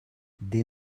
des